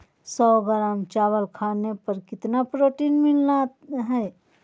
सौ ग्राम चावल खाने पर कितना प्रोटीन मिलना हैय?